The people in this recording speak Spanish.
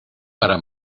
para